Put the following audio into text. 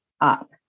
up